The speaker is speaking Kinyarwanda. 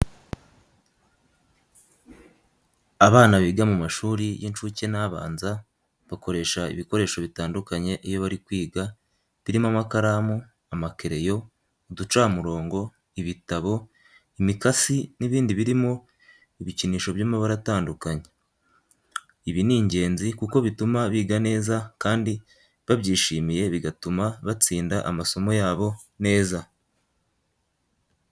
Abana biga mu mashuri y'inshuke n'abanza bakoresha ibikoresho bitandukanye iyo bari kwiga birimo amakaramu, amakereyo, uducamurongo, ibitabo, imikasi n'ibindi birimo ibikinisho by'amabara atandukanye. Ibi ni ingenzi kuko bituma biga neza kandi babyishimiye bigatuma batsinda amasomo yabo neza.